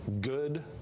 good